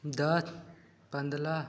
दस पंद्रह